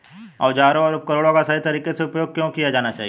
औजारों और उपकरणों का सही तरीके से उपयोग क्यों किया जाना चाहिए?